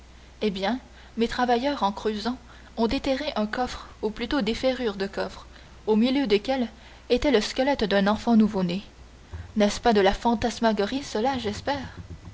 eh bien mes travailleurs en creusant ont déterré un coffre ou plutôt des ferrures de coffre au milieu desquelles était le squelette d'un enfant nouveau-né ce n'est pas de la fantasmagorie cela j'espère